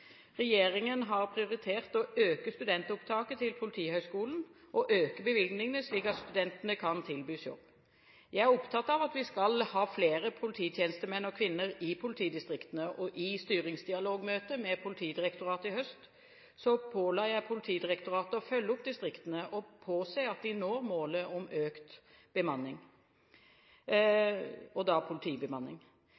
Regjeringen har prioritert å øke studentopptaket til Politihøgskolen og øke bevilgningene, slik at studentene kan tilbys jobb. Jeg er opptatt av at vi skal ha flere polititjenestemenn og -kvinner i politidistriktene. I styringsdialogmøte med Politidirektoratet i høst påla jeg Politidirektoratet å følge opp distriktene og påse at de når målet om økt